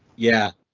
yeah,